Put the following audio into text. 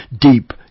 deep